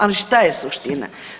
Ali šta je suština?